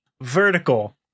vertical